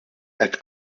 hekk